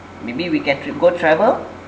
maybe we can tr~ go travel